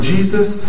Jesus